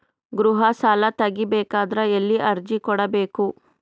ಗೃಹ ಸಾಲಾ ತಗಿ ಬೇಕಾದರ ಎಲ್ಲಿ ಅರ್ಜಿ ಕೊಡಬೇಕು?